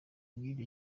bw’ibyo